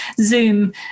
zoom